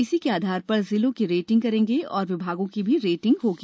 इसी के आधार पर जिलों की रेटिंग करेंगे और विभागों की भी रेटिंग होगी